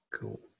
cool